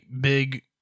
big